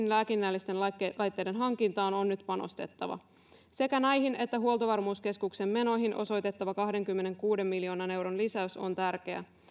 lääkinnällisten laitteiden hankintaan on nyt panostettava sekä näihin että huoltovarmuuskeskuksen menoihin osoitettava kahdenkymmenenkuuden miljoonan euron lisäys on tärkeä